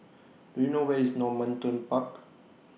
Do YOU know Where IS Normanton Park